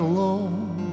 Alone